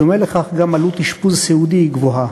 בדומה לכך, גם עלות אשפוז סיעודי היא גבוהה.